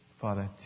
Father